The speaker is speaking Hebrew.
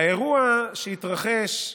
האירוע שהתרחש,